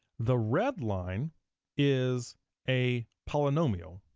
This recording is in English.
the red line is a polynomial,